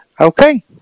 Okay